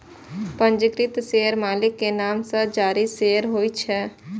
पंजीकृत शेयर मालिक के नाम सं जारी शेयर होइ छै